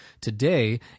Today